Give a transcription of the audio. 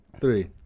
three